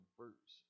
first